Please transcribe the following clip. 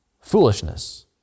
foolishness